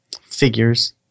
Figures